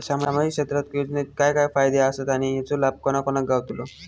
सामजिक क्षेत्र योजनेत काय काय फायदे आसत आणि हेचो लाभ कोणा कोणाक गावतलो?